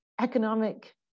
economic